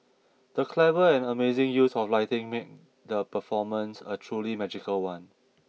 the clever and amazing use of lighting made the performance a truly magical one